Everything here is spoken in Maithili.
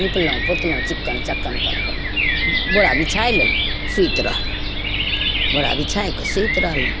निपलहुँ पोतलहुँ चिक्कन चाक्कनपर अपन बोरा बिछाइ लेलहुँ सुति रहलहुँ बोरा बिछाइ कऽ सुति रहलहुँ